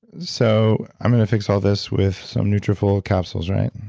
so, i'm going to fix all this with some nutrafol capsules, right?